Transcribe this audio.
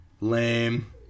Lame